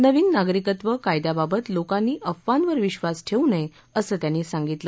नविन नागरिकत्व कायद्याबाबत लोकांनी अफवांवर विश्वास ठेवू नये असं त्यांनी सांगितलं